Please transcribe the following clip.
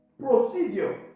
Procedure